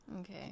okay